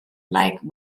like